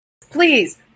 please